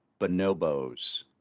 bonobos